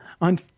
on